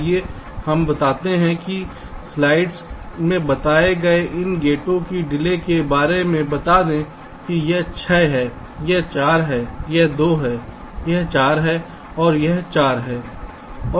आइए हम बताते हैं कि स्लाइड्स में बताए गए इन गेटों की डिले के बारे में बता दें कि यह 6 है यह 4 है यह 2 है यह 4 है और यह 4 है